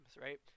right